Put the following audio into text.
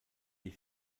die